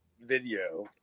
video